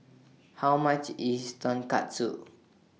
How much IS Tonkatsu